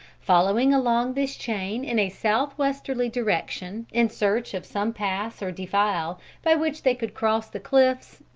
following along this chain in a south-westerly direction, in search of some pass or defile by which they could cross the cliffs,